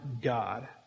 God